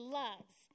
loves